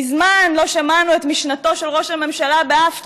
מזמן לא שמענו את משנתו של ראש הממשלה באף תחום.